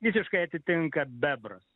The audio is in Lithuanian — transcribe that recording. visiškai atitinka bebras